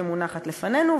שמונחת לפנינו,